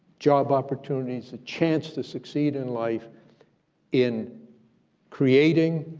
job opportunities, a chance to succeed in life in creating,